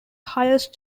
highest